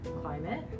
climate